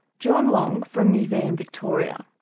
john long from museum victoria.